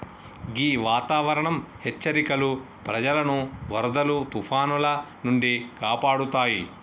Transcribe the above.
గీ వాతావరనం హెచ్చరికలు ప్రజలను వరదలు తుఫానాల నుండి కాపాడుతాయి